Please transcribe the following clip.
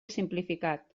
simplificat